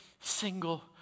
single